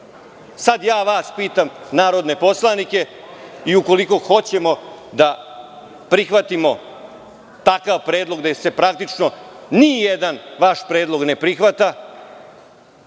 Sada ja vas pitam, narodne poslanike, i ukoliko hoćemo da prihvatimo takav predlog gde se praktično ni jedan vaš predlog ne prihvata,